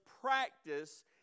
practice